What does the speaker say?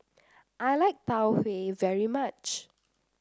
I like Tau Huay very much